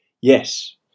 Yes